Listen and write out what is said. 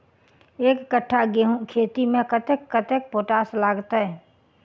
एक कट्ठा गेंहूँ खेती मे कतेक कतेक पोटाश लागतै?